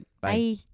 Bye